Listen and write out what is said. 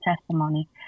testimony